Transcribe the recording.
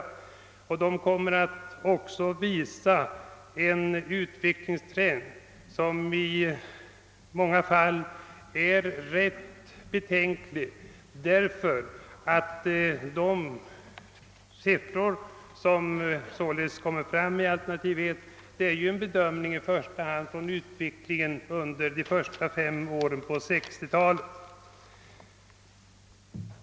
De kommer också att visa en trend som i många fall är rätt betänklig, ty de siffror som kommer fram i alternativ 1 är i första hand en bedömning av utvecklingen under de första fem åren på 1960-talet.